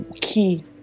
key